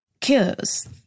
cures